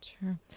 Sure